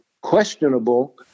questionable